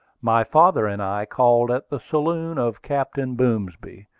my father and i called at the saloon of captain boomsby,